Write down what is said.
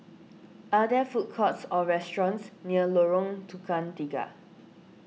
are there food courts or restaurants near Lorong Tukang Tiga